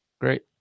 great